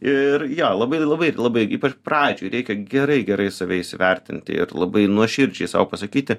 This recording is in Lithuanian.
ir jo labai labai labai ypač pradžiai reikia gerai gerai save įsivertinti ir labai nuoširdžiai sau pasakyti